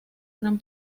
gran